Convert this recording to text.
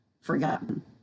forgotten